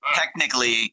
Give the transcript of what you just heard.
technically